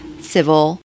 civil